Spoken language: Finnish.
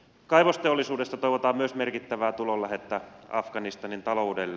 kaivosteollisuudesta toivotaan myös merkittävää tulonlähdettä afganistanin taloudelle